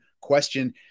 question